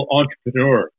entrepreneur